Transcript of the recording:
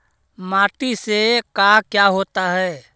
माटी से का क्या होता है?